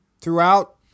throughout